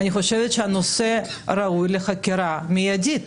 אני חושבת שהנושא ראוי לחקירה מיידית.